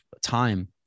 time